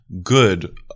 good